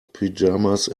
pajamas